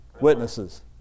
Witnesses